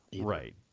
right